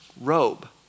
robe